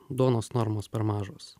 duonos normos per mažos